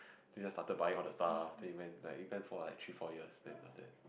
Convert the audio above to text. he just started buying all the stuff then he went like even for like three four years then after that